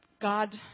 God